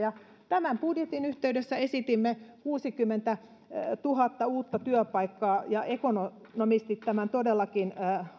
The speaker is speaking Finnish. tämän budjetin yhteydessä esitimme kuusikymmentätuhatta uutta työpaikkaa ja ekonomistit tämän todellakin